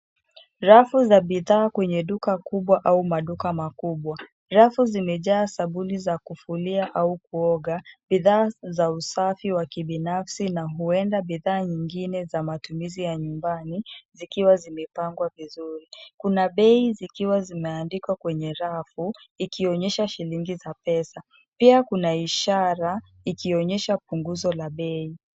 Rafu za bidhaa kwenye duka kubwa au maduka makubwa. Rafu zimejaa sabuni za kufulia au kuoga, bidhaa za usafi wa kibinafsi na huenda bidhaa nyingine za matumizi ya nyumbani zikiwa zimepangwa vizuri. Kuna bei zikiwa zimeandikwa kwenye rafu ikionyesha shilingi za pesa. Pia kuna ishara ikionyesha punguzo la bei.